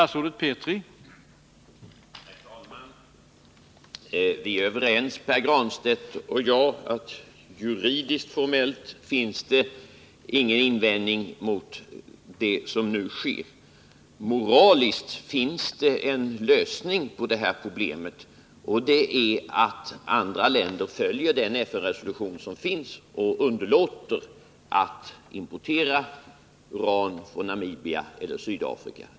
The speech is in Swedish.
Herr talman! Vi är överens, Pär Granstedt och jag, om att juridiskt finns det ingen invändning mot det som nu sker. Moraliskt finns det en lösning på det här problemet, och det är att andra länder följer den FN-resolution som finns och underlåter att importera uran från Namibia och Sydafrika.